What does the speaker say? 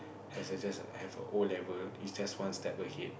has a just a have a O-level is just one step ahead